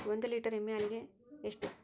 ಒಂದು ಲೇಟರ್ ಎಮ್ಮಿ ಹಾಲಿಗೆ ಎಷ್ಟು?